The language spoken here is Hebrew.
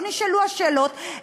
לא נשאלו השאלות,